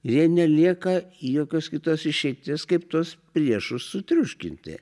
ir jai nelieka jokios kitos išeities kaip tuos priešus sutriuškinti